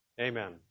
Amen